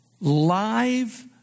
live